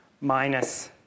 minus